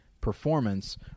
performance